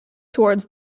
towards